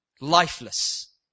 lifeless